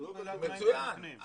כתוב שם התנאים --- מצוין,